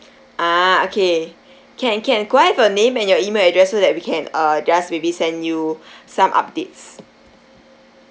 ah okay can can could I have a name and your email address so that we can uh just maybe send you some updates